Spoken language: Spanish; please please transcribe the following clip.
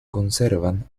conservan